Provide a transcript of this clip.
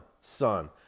son